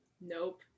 Nope